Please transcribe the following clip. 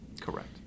Correct